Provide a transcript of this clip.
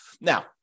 Now